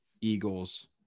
Eagles